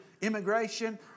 Immigration